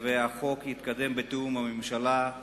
והחוק יתקדם בתיאום עם הממשלה.